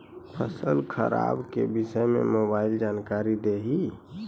फसल खराब के विषय में मोबाइल जानकारी देही